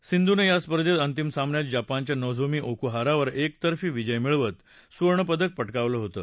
सिंधूनं या स्पर्धेत अंतिम सामन्यात जपानच्या नोझोमी ओकुहरावर एकतर्फी विजय मिळवत सुवर्णपदक पटकावलं होतं